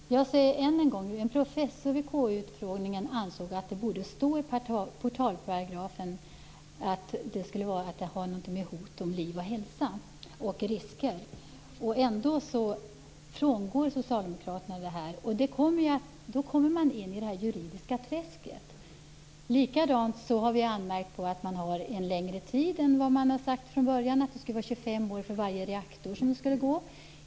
Herr talman! Jag säger än en gång att en professor vid KU-utfrågningen ansåg att det borde stå i portalparagrafen någonting om hot mot liv och hälsa och om risker. Ändå frångår socialdemokraterna det. Då kommer man in i det juridiska träsket. Likadant har vi anmärkt på att man har en längre tid än det sades från början, 25 år för varje reaktor.